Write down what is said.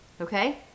okay